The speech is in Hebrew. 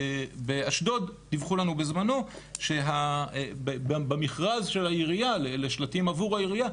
באשדוד דיווחו לנו בזמנו שבמכרז של העירייה לשלטים עבור העירייה,